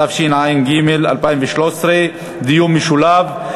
התשע"ג 2013. דיון משולב.